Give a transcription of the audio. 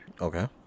Okay